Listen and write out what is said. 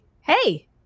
hey